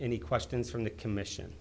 any questions from the commission